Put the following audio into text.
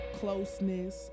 closeness